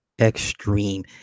Extreme